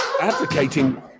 advocating